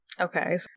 Okay